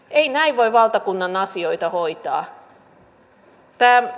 ei näin voi valtakunnan asioita hoitaa